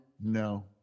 No